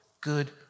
good